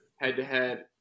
head-to-head